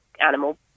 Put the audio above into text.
animal